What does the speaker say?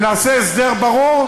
ונעשה הסדר ברור,